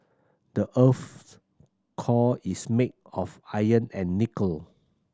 the earth's core is made of iron and nickel